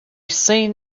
seen